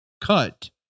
cut